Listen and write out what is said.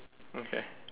okay